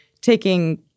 taking